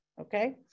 okay